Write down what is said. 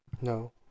No